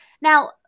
Now